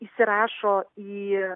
įsirašo į